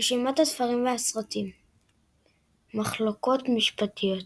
רשימת הספרים והסרטים מחלוקות משפטיות